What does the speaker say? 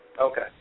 Okay